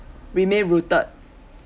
remain rooted